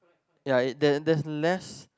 yeah it there there's less